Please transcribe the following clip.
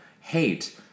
hate